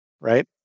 right